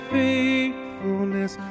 faithfulness